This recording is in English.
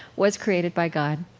was created by god.